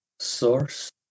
Source